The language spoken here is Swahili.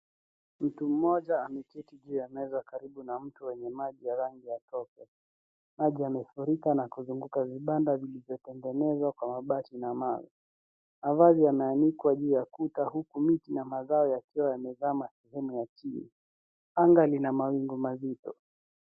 Mtu mmoja ameketi juu ya meza karibu na mtu wenye maji ya rangi ya tope. Maji yamefurika na kuzunguka vibanda vilizotengenezwa kwa mabati na mawe. Mavazi yameanikwa juu ya kuta huku miti na mazao ya kio yame zama sehemu ya chini. Anga lina mawingu mazito.